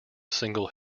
single